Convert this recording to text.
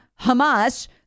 Hamas